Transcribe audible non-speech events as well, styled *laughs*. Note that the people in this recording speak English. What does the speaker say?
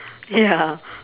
ya *laughs*